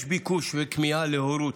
יש ביקוש וכמיהה להורות,